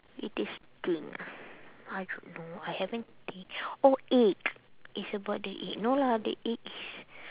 weirdest thing ah I don't know I haven't thi~ oh egg it's about the egg no lah the egg is